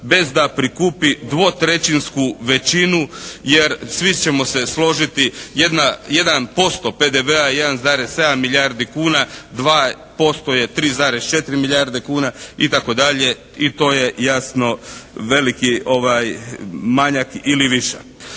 bez da prikupi dvotrećinsku većinu jer svi ćemo se složiti jedna, jedan posto PDV-a, 1,7 milijardi kuna, 2% je 3,4 milijarde kuna i tako dalje i to je jasno veliki manjak ili višak.